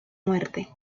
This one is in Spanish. muerte